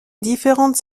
différentes